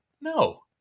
no